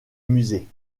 musée